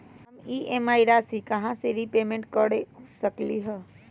हम ई.एम.आई राशि से ज्यादा रीपेमेंट कहे न कर सकलि ह?